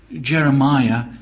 Jeremiah